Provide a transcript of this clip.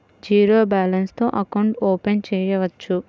Zero balance తో account open చేయవచ్చు?